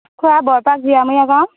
খোৱা বৰপাক জীয়ামূৰীয়া গাঁও